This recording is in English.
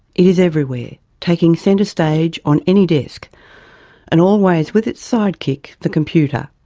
it is everywhere, taking centre stage on any desk and always with its sidekick the computer.